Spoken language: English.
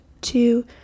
Two